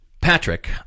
Patrick